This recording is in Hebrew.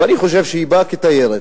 ואני חושב שהיא באה כתיירת.